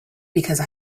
because